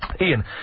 Ian